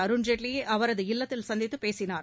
அருண்ஜேட்லியை அவரது இல்லத்தில் சந்தித்துப் பேசினார்